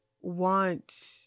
want